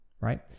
right